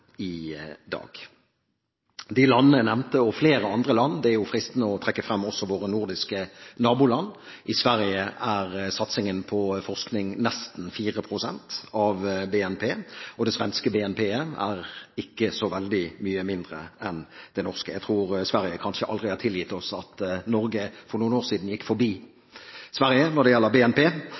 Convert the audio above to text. i dag. I tillegg til de landene jeg nevnte, gjelder dette flere andre land, og det er fristende også å trekke frem våre nordiske naboland. I Sverige er satsingen på forskning nesten 4 pst. av BNP, og det svenske BNP-et er ikke så veldig mye mindre enn det norske. Jeg tror Sverige kanskje aldri har tilgitt oss at Norge for noen år siden gikk forbi Sverige når det gjelder BNP,